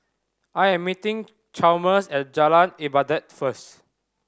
I am meeting Chalmers at Jalan Ibadat first